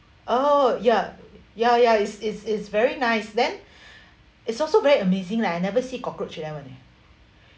oh ya ya ya it's it's it's very nice then it's also very amazing like I never see cockroach